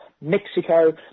Mexico